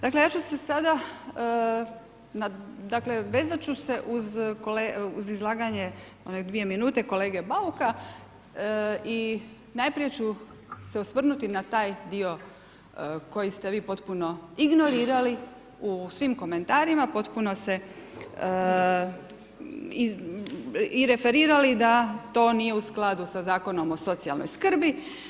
Dakle, ja ću se sada vezat ću se uz izlaganje one dvije minute kolege Bauka i najprije ću se osvrnuti na taj dio koji ste vi potpuno ignorirali u svim komentarima, potpuno se i referirali da to nije u skladu sa zakonom o socijalnoj skrbi.